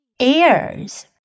Ears